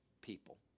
people